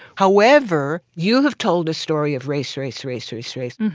however, you have told a story of race, race, race, race, race.